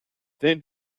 then